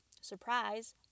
surprise